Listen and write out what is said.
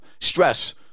stress